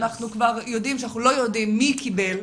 לא יודעים מי קיבל,